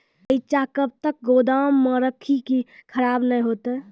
रईचा कब तक गोदाम मे रखी है की खराब नहीं होता?